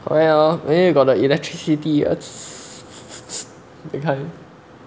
well maybe you got the electricity that kind